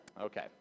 Okay